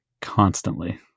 Constantly